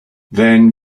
then